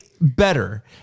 better